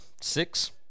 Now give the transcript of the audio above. six